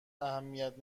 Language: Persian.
اهمیت